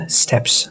steps